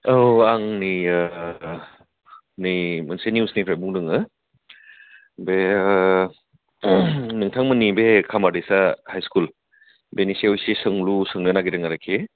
औ आंनि नै मोनसे निउसनिफ्राय बुंदोङो बे नोंथांमोननि बे खामादेसा हाई स्कुल बेनि सायाव एसे सोंलु सोंनो नागिरदों आरोखि